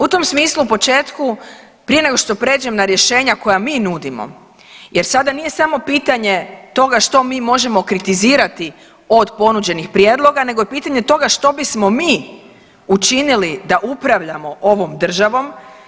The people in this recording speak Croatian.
U tom smislu u početku prije nego što prijeđem na rješenja koja mi nudimo, jer sada nije samo pitanje što mi možemo kritizirati od ponuđenih prijedloga, nego je pitanje što bismo mi učinili da upravljamo ovom državom.